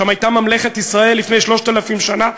שם הייתה ממלכת ישראל לפני 3,000 שנה,